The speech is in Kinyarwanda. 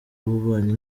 w’ububanyi